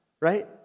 Right